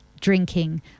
drinking